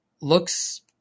looks